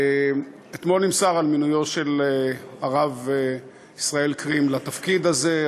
אתמול נמסר על מינויו של הרב קרים לתפקיד הזה,